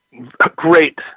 great